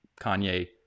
Kanye